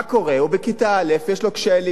הוא בכיתה א', יש לו קשיי למידה,